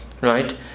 right